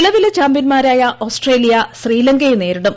നിലവിലെ ചാമ്പ്യൻമാരായ ഓസ്ട്രേലിയ ശ്രീലങ്കയെ നേരിടും